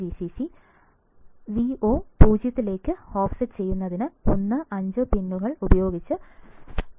Vo 0 ലേക്ക് offset ചെയ്യുന്നതിന് 1 5 പിൻകൾ ഉപയോഗിക്കുന്നു